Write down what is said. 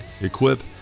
equip